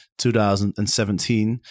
2017